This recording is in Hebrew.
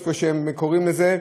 כפי שהם קוראים לזה,